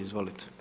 Izvolite.